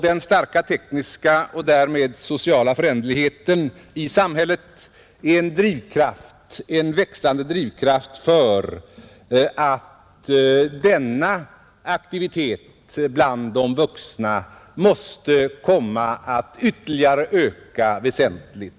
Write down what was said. Den starka tekniska och därmed sociala föränderligheten i samhället är en växande drivkraft för en utveckling innebärande att denna aktivitet bland de vuxna måste komma att ytterligare öka väsentligt.